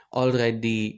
already